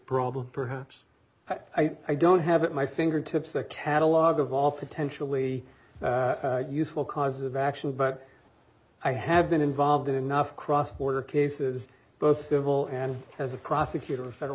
problem perhaps i don't have at my fingertips a catalogue of all potentially useful causes of action but i have been involved enough cross border cases both civil and as a prosecutor a federal